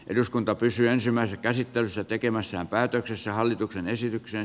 eduskunta pysyä ensimmäinen käsittelyssä tekemässään päätöksessä hallituksen esitykseen